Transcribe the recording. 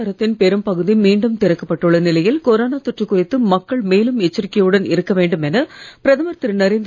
பொருளாதாரத்தின் பெரும் பகுதி மீண்டும் திறக்கப் பட்டுள்ள நிலையில் கொரோனா தொற்று குறித்து மக்கள் மேலும் எச்சரிக்கையுடன் இருக்க வேண்டுமென பிரதமர் திரு